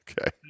Okay